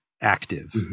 active